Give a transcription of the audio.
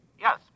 Yes